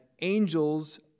angels